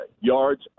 Yards